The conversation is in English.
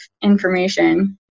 information